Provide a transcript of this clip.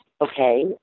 Okay